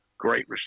great